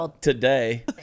Today